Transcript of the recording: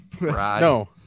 No